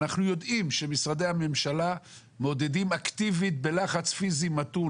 ואנחנו יודעים שמשרדי הממשלה מעודדים אקטיבית בלחץ פיזי מתון